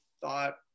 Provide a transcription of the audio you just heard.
thought